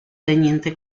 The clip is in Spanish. teniente